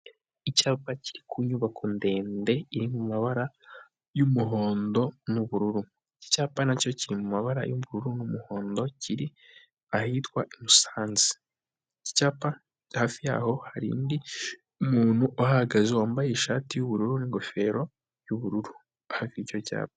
Icyapa kiri ku nyubako ndende iri mu mabara y'umuhondo n'ubururu , iki cyapa nacyo kiri mu mabara y'ubururu n'umuhondo. Kiri ahitwa i Busanze, icyapa hafi yaho hari undi muntu uhagaze wambaye ishati y'ubururu n'ingofero y'ubururu hafi y 'icyo cyapa.